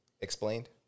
Explained